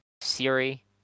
Siri